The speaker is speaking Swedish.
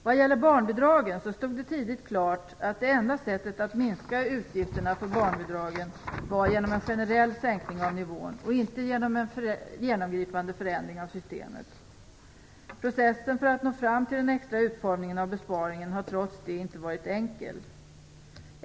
Vad gäller barnbidragen stod det tidigt klart att det enda sättet att minska utgifterna var genom en generell sänkning av nivån och inte en genomgripande förändring av systemet. Processen för att nå fram till den bästa utformningen av besparingen har trots det inte varit enkel.